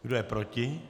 Kdo je proti?